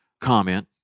comment